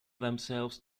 themselves